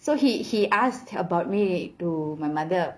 so he he asked about me to my mother